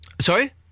sorry